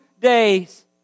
days